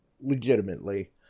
legitimately